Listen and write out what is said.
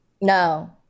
no